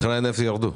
מחירי הנפט ירדו.